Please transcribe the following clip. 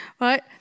right